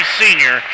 senior